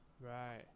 Right